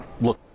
look